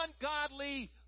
ungodly